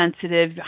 sensitive